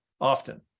often